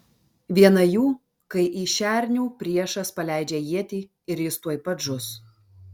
viena jų kai į šernių priešas paleidžia ietį ir jis tuoj pat žus